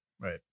Right